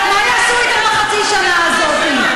מה יעשו אתם בחצי השנה הזאת?